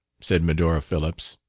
said medora phillips.